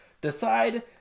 decide